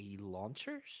launchers